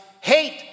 hate